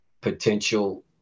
potential